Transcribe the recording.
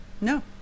No